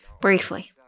Briefly